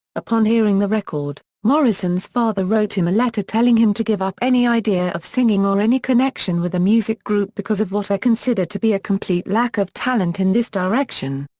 upon hearing the record, morrison's father wrote him a letter telling him to give up any idea of singing or any connection with a music group because of what i consider to be a complete lack of talent in this direction.